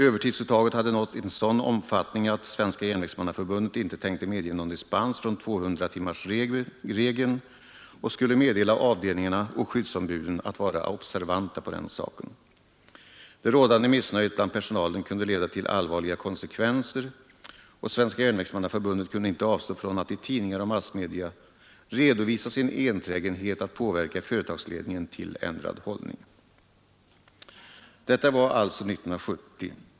Övertidsuttaget hade nått en sådan omfattning att Svenska järnvägsmannaförbundet inte tänkte medge någon dispens från 200 timmarsregeln och skulle meddela avdelningarna och skyddsombuden att vara observanta på den saken. Det rådande missnöjet bland personalen kunde leda till allvarliga konsekvenser, och Svenska järnvägsmannaförbundet kunde inte avstå från att i tidningar och massmedia redovisa sin enträgenhet att påverka företagsledningen till ändrad hållning. Detta var alltså 1970.